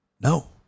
no